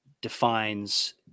defines